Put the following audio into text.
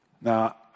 Now